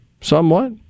somewhat